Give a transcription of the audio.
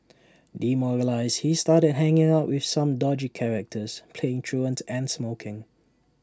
demoralised he started hanging out with some dodgy characters playing truant and smoking